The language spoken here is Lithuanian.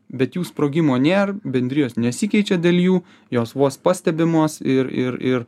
bet jų sprogimo nėr bendrijos nesikeičia dėl jų jos vos pastebimos ir ir ir